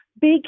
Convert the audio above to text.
big